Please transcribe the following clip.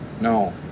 no